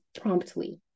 promptly